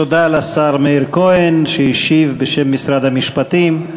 תודה לשר מאיר כהן, שהשיב בשם משרד המשפטים.